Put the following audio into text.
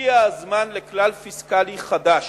שהגיע הזמן לכלל פיסקלי חדש,